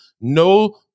no